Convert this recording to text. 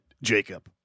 Jacob